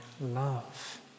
love